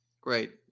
Great